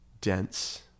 dense